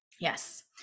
yes